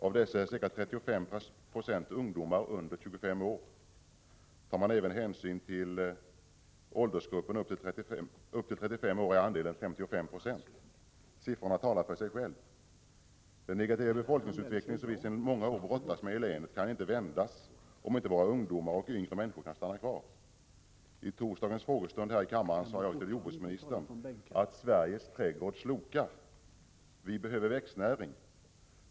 Av dessa är ca 35 Zo ungdomar under 25 år. Tar man även hänsyn till åldersgruppen upp till 35 år är andelen 55 97. Siffrorna talar för sig själva. Den negativa befolkningsutveckling som vi redan i många år brottats med i länet kan inte vändas om inte våra ungdomar och yngre människor kan stanna kvar. I torsdagens frågestund här i kammaren sade jag till jordbruksministern att Sveriges trädgård slokar. Vi behöver växtnäring.